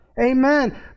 Amen